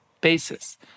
basis